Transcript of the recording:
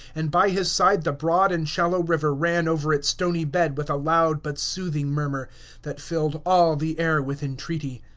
and by his side the broad and shallow river ran over its stony bed with a loud but soothing murmur that filled all the air with entreaty.